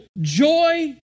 joy